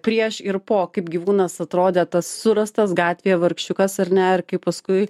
prieš ir po kaip gyvūnas atrodė tas surastas gatvėje vargšiukas ar ne ir kaip paskui